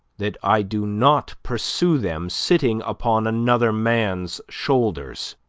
that i do not pursue them sitting upon another man's shoulders.